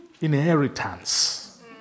inheritance